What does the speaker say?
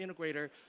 integrator